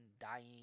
dying